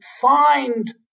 find